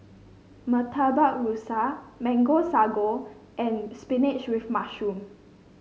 Murtabak Rusa Mango Sago and spinach with mushroom